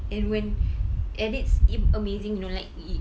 and when and it's amazing you know like